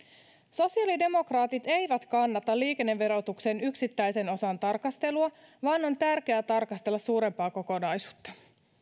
sosiaalidemokraatit eivät kannata liikenneverotuksen yksittäisen osan tarkastelua vaan on tärkeää tarkastella suurempaa kokonaisuutta